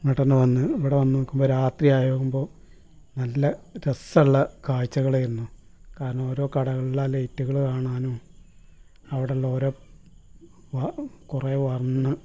ഇങ്ങോട്ടന്നെ വന്ന് ഇവിടെ വന്നോക്കുമ്പോൾ രാത്രി ആകുമ്പോൾ നല്ല രസമുള്ള കാഴ്ചകളായിരുന്നു കാരണം ഓരോ കടകളിലെ ലൈറ്റുകൾ കാണാനും അവിടുള്ള ഓരോ വാ കുറെ വർണ